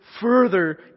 further